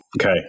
Okay